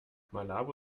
malabo